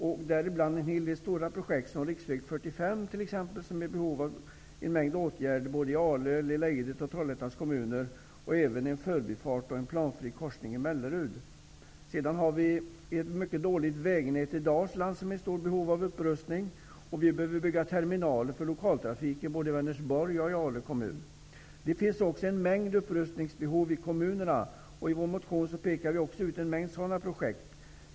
Bland dessa finns det en hel del stora projekt. Det gäller t.ex. riksväg 45. En mängd åtgärder behöver nämligen vidtas i Arlövs, Lilla Edets och Trollhättans kommuner. Det behövs även en förbifart och en planfri korsning i Mellerud. Vidare är vägnätet i Dalsland mycket dåligt och således i stort behov av upprustning. Terminaler för lokaltrafiken behöver byggas i både Vänersborgs och Ale kommuner. Det noteras också en mängd upprustningsbehov i kommunerna. I vår motion pekar vi på en mängd sådana projekt.